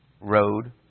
road